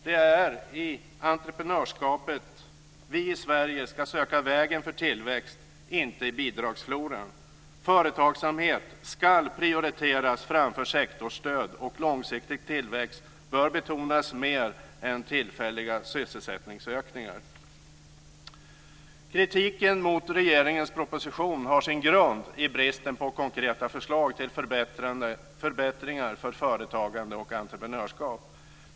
Det är i entreprenörskapet vi i Sverige ska söka vägen för tillväxt, inte i bidragsfloran. Företagsamhet skall prioriteras framför sektorsstöd, och långsiktig tillväxt bör betonas mer än tillfälliga sysselsättningsökningar. Kritiken mot regeringens proposition har sin grund i bristen på konkreta förslag till förbättringar för företagande och entreprenörskap.